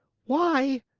why?